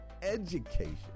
education